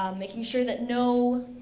um making sure that no